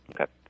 Okay